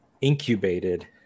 incubated